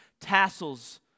tassels